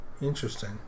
Interesting